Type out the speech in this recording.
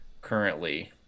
currently